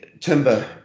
timber